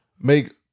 make